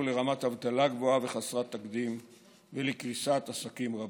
לרמת אבטלה גבוהה וחסרת תקדים ולקריסת עסקים רבים.